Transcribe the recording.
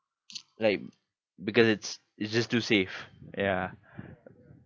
like because it's it's just too safe ya